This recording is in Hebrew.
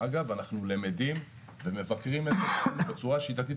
אנחנו למדים ומבקרים את עצמנו בצורה שיטתית,